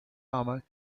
married